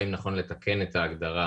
האם נכון לתקן את ההגדרה